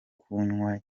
kunywa